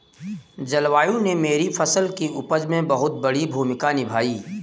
जलवायु ने मेरी फसल की उपज में बहुत बड़ी भूमिका निभाई